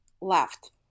left